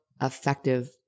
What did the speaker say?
effective